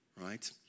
right